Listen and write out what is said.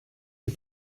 die